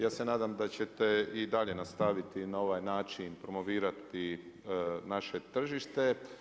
ja se nadam da ćete i dalje nastaviti na ovaj način promovirati naše tržište.